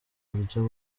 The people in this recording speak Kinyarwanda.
buryo